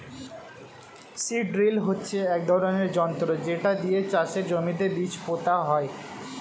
seed drill হচ্ছে এক ধরনের যন্ত্র যেটা দিয়ে চাষের জমিতে বীজ পোতা হয়